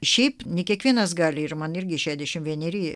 šiaip ne kiekvienas gali ir man irgi šešiasdešimt vieneri